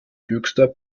höchster